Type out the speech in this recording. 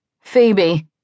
Phoebe